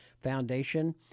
foundation